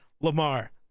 Lamar